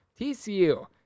TCU